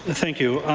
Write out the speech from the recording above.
and thank you.